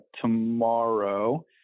tomorrow